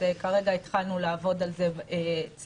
אני